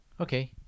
Okay